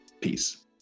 Peace